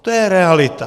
To je realita.